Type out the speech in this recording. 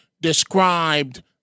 described